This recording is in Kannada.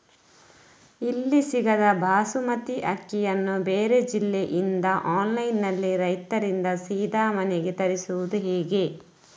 ಇಲ್ಲಿ ಸಿಗದ ಬಾಸುಮತಿ ಅಕ್ಕಿಯನ್ನು ಬೇರೆ ಜಿಲ್ಲೆ ಇಂದ ಆನ್ಲೈನ್ನಲ್ಲಿ ರೈತರಿಂದ ಸೀದಾ ಮನೆಗೆ ತರಿಸುವುದು ಹೇಗೆ?